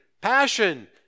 passion